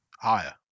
Higher